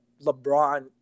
LeBron